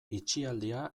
itxialdia